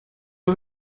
eux